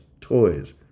toys